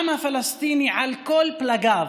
העם הפלסטיני על כל פלגיו,